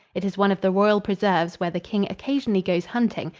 it is one of the royal preserves where the king occasionally goes hunting,